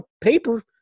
paper